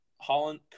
Holland